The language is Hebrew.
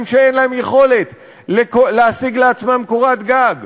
שאין להם יכולת להשיג לעצמם קורת גג,